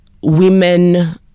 women